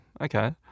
Okay